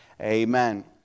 Amen